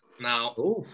Now